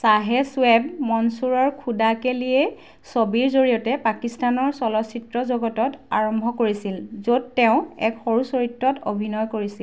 শ্বাহে ছোয়েব মনসুৰৰ খুদা কে লিয়ে ছবিৰ জৰিয়তে পাকিস্তানৰ চলচ্চিত্ৰ জগতত আৰম্ভ কৰিছিল য'ত তেওঁ এক সৰু চৰিত্ৰত অভিনয় কৰিছিল